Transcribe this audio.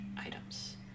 items